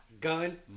Gun